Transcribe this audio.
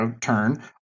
turn